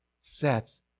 sets